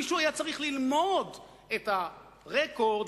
מישהו היה צריך ללמוד את הרקורד,